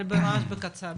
אבל בקצרה.